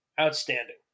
Outstanding